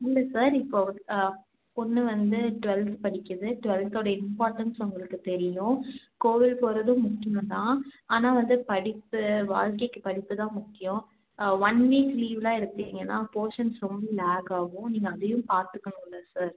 இல்லை சார் இப்போ பொண்ணு வந்து ட்வெல்த் படிக்குது ட்வெல்த்துடைய இம்பார்ட்டண்ட்ஸ் உங்களுக்கு தெரியும் கோவில் போகறது முக்கியம்தான் ஆனால் வந்து படிப்பு வாழ்க்கைக்கு படிப்பு தான் முக்கியம் ஒன் வீக் லீவ் எல்லாம் எடுத்திங்கன்னா போர்ஷன்ஸ் ரொம்ப லாக்காகும் நீங்கள் அதையும் பார்த்துக்குணும்ல சார்